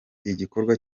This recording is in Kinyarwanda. igikorwa